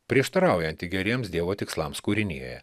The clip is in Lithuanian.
prieštaraujanti geriems dievo tikslams kūrinijoje